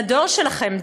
לדור שלכם,